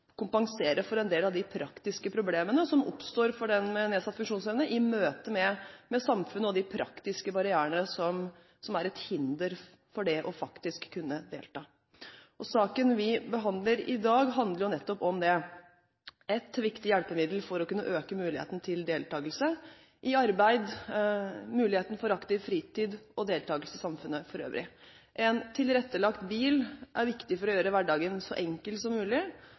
kompensere for en del av de praktiske problemene som oppstår for den med nedsatt funksjonsevne i møte med samfunnet og de praktiske barrierene som er et hinder for det å faktisk kunne delta. Saken vi behandler i dag, handler nettopp om det – om ett viktig hjelpemiddel for å kunne øke muligheten til deltakelse i arbeid, muligheten for aktiv fritid og deltakelse i samfunnet for øvrig. En tilrettelagt bil er viktig for å gjøre hverdagen så enkel som mulig.